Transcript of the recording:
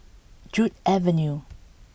Joo Avenue